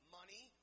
money